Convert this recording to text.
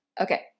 Okay